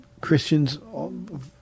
Christians